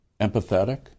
empathetic